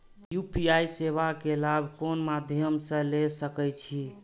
UPI सेवा के लाभ कोन मध्यम से ले सके छी?